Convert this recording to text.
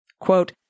Quote